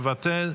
מוותר,